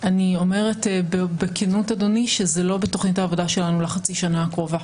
אני אומרת בכנות שזה לא בתוכנית העבודה שלנו לחצי שנה הקרובה.